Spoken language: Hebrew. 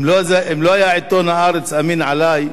אם לא היה עיתון "הארץ" אמין עלי,